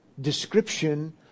description